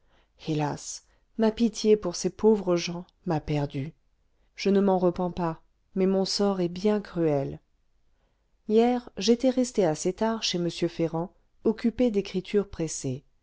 hélas ma pitié pour ces pauvres gens m'a perdu je ne m'en repens pas mais mon sort est bien cruel hier j'étais resté assez tard chez m ferrand occupé d'écritures pressées